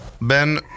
Ben